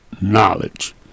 knowledge